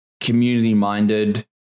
community-minded